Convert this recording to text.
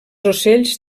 ocells